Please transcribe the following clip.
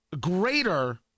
greater